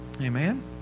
amen